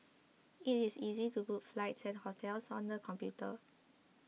it is easy to book flights and hotels on the computer